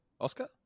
Oscar